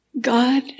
God